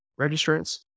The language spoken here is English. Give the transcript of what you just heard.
registrants